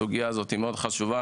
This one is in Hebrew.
הסוגיה הזאת היא מאוד חשובה,